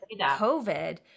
COVID